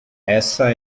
essa